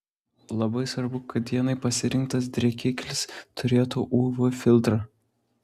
labai svarbu kad dienai pasirinktas drėkiklis turėtų uv filtrą